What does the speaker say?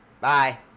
Bye